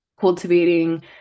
cultivating